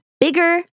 bigger